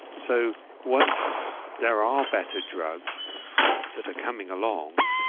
so once there are better drugs that are coming along,